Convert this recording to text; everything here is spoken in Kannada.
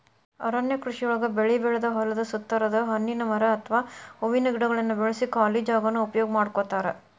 ಅರಣ್ಯ ಕೃಷಿಯೊಳಗ ಬೆಳಿ ಬೆಳದ ಹೊಲದ ಸುತ್ತಾರದ ಹಣ್ಣಿನ ಮರ ಅತ್ವಾ ಹೂವಿನ ಗಿಡಗಳನ್ನ ಬೆಳ್ಸಿ ಖಾಲಿ ಜಾಗಾನ ಉಪಯೋಗ ಮಾಡ್ಕೋತಾರ